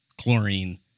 chlorine